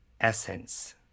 essence